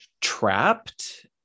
trapped